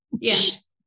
Yes